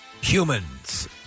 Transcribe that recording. humans